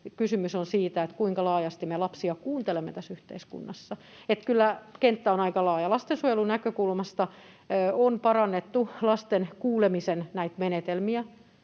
kysymys on siitä, kuinka laajasti me lapsia kuuntelemme tässä yhteiskunnassa. Kyllä kenttä on aika laaja. Lastensuojelun näkökulmasta on parannettu lasten kuulemisen menetelmiä